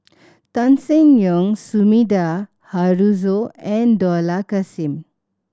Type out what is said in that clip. Tan Seng Yong Sumida Haruzo and Dollah Kassim